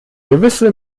gewisse